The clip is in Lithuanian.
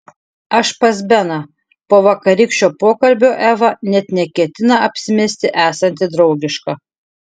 aš pas beną po vakarykščio pokalbio eva net neketina apsimesti esanti draugiška